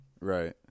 Right